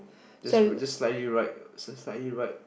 just r~ just like you right just like you right